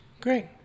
Great